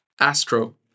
astro